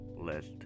list